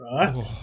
Right